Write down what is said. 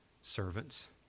servants